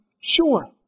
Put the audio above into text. sure